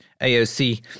AOC